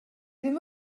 ddim